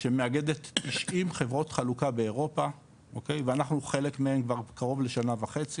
שמאגדת 90 חברות חלוקה באירופה ואנחנו חלק מהם כבר קרוב לשנה וחצי,